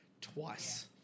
twice